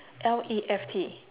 L E F T